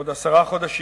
בעוד עשרה חודשים,